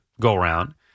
go-around